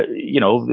you know,